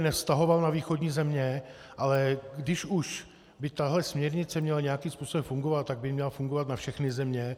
Nevztahoval bych to na východní země, ale když už by tato směrnice měla nějakým způsobem fungovat, tak by měla fungovat na všechny země.